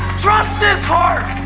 trust his heart,